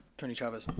attorney chavez. um